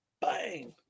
Bang